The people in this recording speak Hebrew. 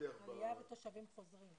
לבין תושבים חוזרים.